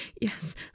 yes